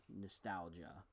nostalgia